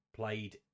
Played